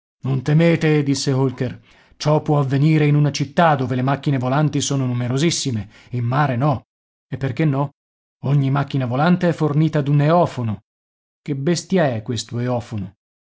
non temete disse holker ciò può avvenire in una città dove le macchine volanti sono numerosissime in mare no e perché no ogni macchina volante è fornita d'un eofono che bestia è questo eofono un